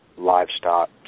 livestock